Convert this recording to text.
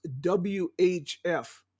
WHF